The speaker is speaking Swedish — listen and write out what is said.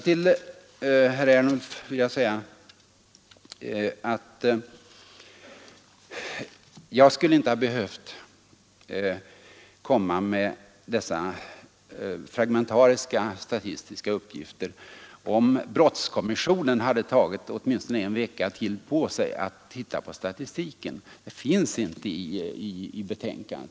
Till herr Ernulf vill jag säga att jag inte skulle ha behövt komma med dessa fragmentariska statistiska uppgifter, om brottskommissionen hade tagit åtminstone en vecka till på sig för att titta på statistiken. Det finns ingen sådan i betänkandet.